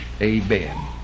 Amen